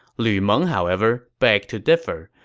lu meng, however, begged to differ.